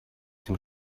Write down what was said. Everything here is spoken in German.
dem